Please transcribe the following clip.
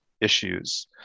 issues